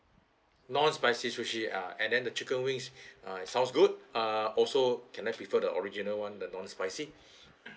non-spicy sushi uh and then the chicken wings sounds good uh also can I prefer the original [one] the non-spicy